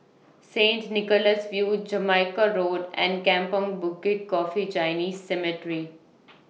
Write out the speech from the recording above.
Saint Nicholas View Jamaica Road and Kampong Bukit Coffee Chinese Cemetery